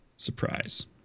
Surprise